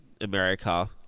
America